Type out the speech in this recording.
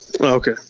Okay